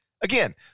again